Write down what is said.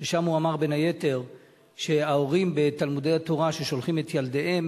שם הוא אמר בין היתר שההורים ששולחים את ילדיהם